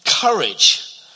courage